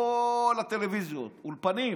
כל הטלוויזיות, אולפנים,